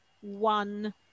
one